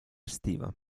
estiva